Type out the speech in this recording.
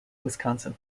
wisconsin